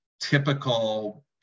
typical